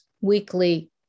weekly